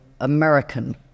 American